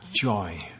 joy